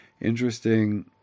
interesting